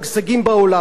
וכתוב גם כך: